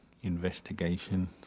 investigation